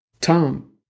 Tom